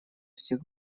всех